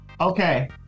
Okay